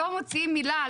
לא מוציאים מילה,